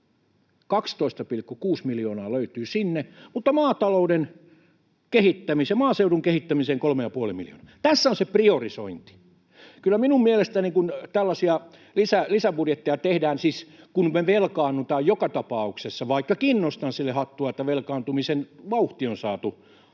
12,6 miljoonaa löytyy sinne, mutta maaseudun kehittämiseen kolme ja puoli miljoonaa. Tässä on se priorisointi. Kyllä minun mielestäni kun tällaisia lisäbudjetteja tehdään — siis kun me velkaannutaan joka tapauksessa, vaikkakin nostan sille hattua, että velkaantumisen vauhti on saatu